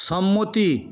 সম্মতি